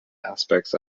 aspects